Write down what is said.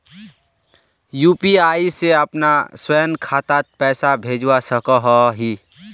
UPI से अपना स्वयं खातात पैसा भेजवा सकोहो ही?